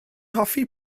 hoffi